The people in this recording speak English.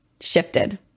shifted